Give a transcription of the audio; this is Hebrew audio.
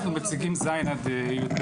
אנחנו מציגים ז׳-י״ב.